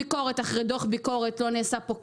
אני מסכים לגמרי שפוליטיקה הופכת להיות יותר